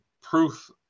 proof